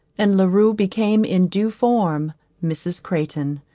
and la rue became in due form mrs. crayton,